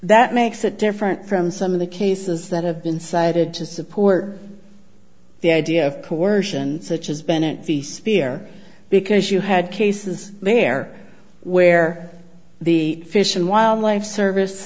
that makes it different from some of the cases that have been cited to support the idea of coercion such as bennett the spear because you had cases there where the fish and wildlife service